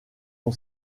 son